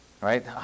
Right